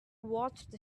watched